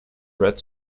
red